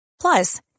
Plus